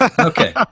okay